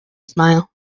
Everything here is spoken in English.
smile